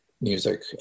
music